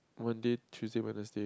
Monday Tuesday Wednesday